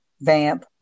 vamp